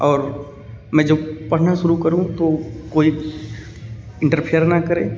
और मैं जब पढ़ना शुरू करूँ तो कोई इंटरफेयर ना करें